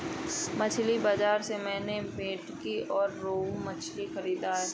मछली बाजार से मैंने भेंटकी और रोहू मछली खरीदा है